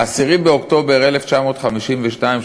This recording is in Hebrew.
ה-10 באוקטובר 1952,